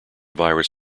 virus